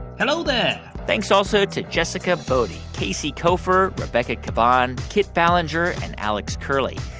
hello there thanks also to jessica boddy, casey koeffer, rebecca caban, kit ballenger and alex curley.